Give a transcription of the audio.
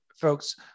folks